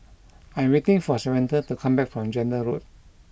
I am waiting for Samatha to come back from Zehnder Road